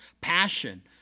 passion